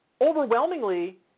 overwhelmingly